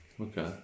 Okay